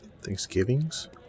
Thanksgivings